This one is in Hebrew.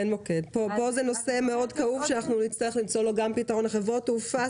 זה נושא כאוב מאוד שנצטרך למצוא לו פתרון חברות התעופה,